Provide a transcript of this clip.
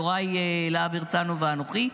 יוראי להב הרצנו ואנוכי,